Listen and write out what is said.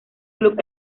club